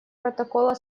протокола